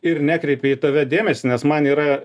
ir nekreipia į tave dėmesį nes man yra